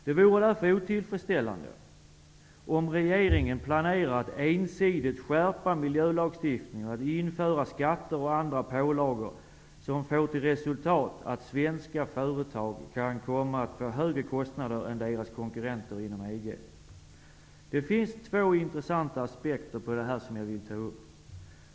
Det vore därför otillfredsställande om regeringen planerar att ensidigt skärpa miljölagstiftningen och att införa skatter och andra pålagor som får till resultat att svenska företag kan komma att utsättas för högre kostnader än deras konkurrenter inom Det finns två intressanta aspekter som jag vill ta upp.